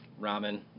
ramen